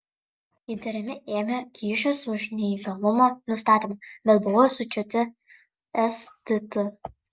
įtariami ėmę kyšius už neįgalumo nustatymą bet buvo sučiupti stt